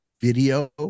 video